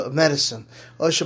medicine